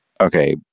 Okay